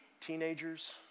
teenagers